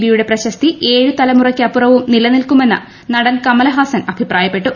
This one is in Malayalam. ബിയുടെ പ്രശസ്തി ഏഴ് തലമുറകൾക്കപ്പുറവും നിലനിൽക്കുമെന്ന് നടൻ കമൽഹാസൻ അഭിപ്രായപ്പെട്ടു